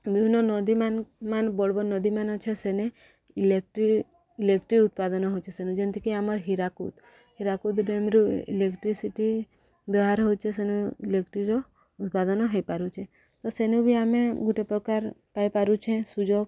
ବିଭିନ୍ନ ନଦୀମାନ ମାନ ବଡ଼ବଡ଼ ନଦୀମାନ ଅଛେ ସେନେ ଇଲେକ୍ଟ୍ରିକ୍ ଇଲେକ୍ଟ୍ରିକ୍ ଉତ୍ପାଦନ ହେଉଛେ ସେନୁ ଯେମିତିକି ଆମର ହୀରାକୁଦ ହୀରାକୁଦ ଡ୍ୟାମ୍ ଇଲେକ୍ଟ୍ରିସିଟି ବ୍ୟବହାର ହେଉଛେ ସେନୁ ଇଲେକ୍ଟ୍ରିର ଉତ୍ପାଦନ ହେଇପାରୁଛେ ତ ସେନୁ ବି ଆମେ ଗୋଟେ ପ୍ରକାର ପାଇପାରୁଛେ ସୁଯୋଗ